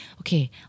okay